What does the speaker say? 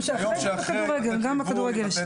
כך קוראים לזה גם בכדורגל.